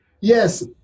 yes